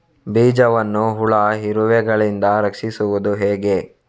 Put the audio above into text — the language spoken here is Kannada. ಬೀಜವನ್ನು ಹುಳ, ಇರುವೆಗಳಿಂದ ರಕ್ಷಿಸುವುದು ಹೇಗೆ?